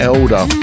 Elder